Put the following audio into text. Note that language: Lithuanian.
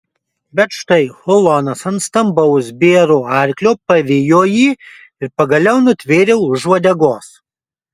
bet štai ulonas ant stambaus bėro arklio pavijo jį ir pagaliau nutvėrė už uodegos